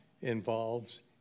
involves